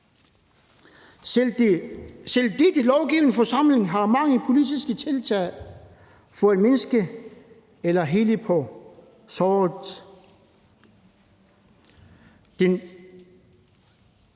Selv denne lovgivende forsamling har mange politiske tiltag for at mindske eller hele på det